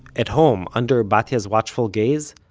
at home, under batya's watchful gaze,